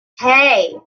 hey